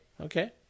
Okay